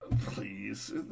please